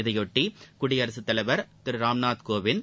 இதையொட்டி குடியரசுத் தலைவர் திரு ராம்நாத் கோவிந்த்